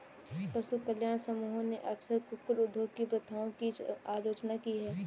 पशु कल्याण समूहों ने अक्सर कुक्कुट उद्योग की प्रथाओं की आलोचना की है